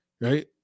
Right